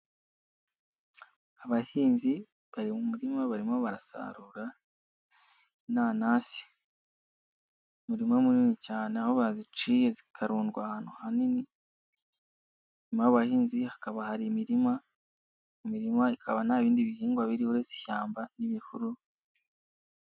aAbahinzi bari mu murima barimo barasarura inanasi, umuma munini cyane aho baziciye zikarundwa ahantu hanini, harimo abahinzi, hakaba hari imirima, imirima ikaba nta bindi bihingwa biriho uretse ishyamba n'ibihuru.